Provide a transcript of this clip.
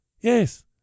Yes